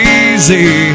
easy